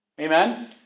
Amen